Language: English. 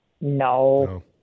no